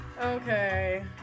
Okay